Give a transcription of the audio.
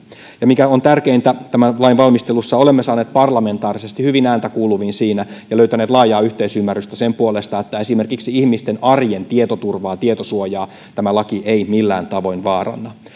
ja mikä on tärkeintä tämän lain valmistelussa olemme saaneet siinä parlamentaarisesti hyvin ääntä kuuluviin ja löytäneet laajaa yhteisymmärrystä sen puolesta että esimerkiksi ihmisten arjen tietoturvaa tietosuojaa tämä laki ei millään tavoin vaaranna